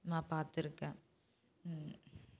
நான் பார்த்துருக்கேன் ம்